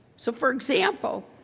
so for example,